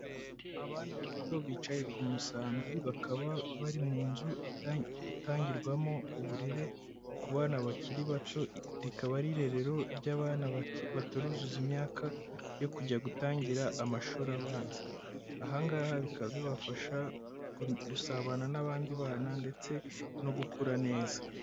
Abana bato bicaye ku musambi bakaba bari mu nzu itangirwamo uburere ku bana bakiri bato, rikaba ari irerero ry'abana baturuzuza imyaka yo kujya gutangira amashuri abanza. Aha ngaha bikaba bibafasha gusabana n'abandi bana ndetse no gukura neza.